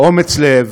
באומץ לב,